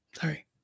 sorry